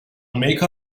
make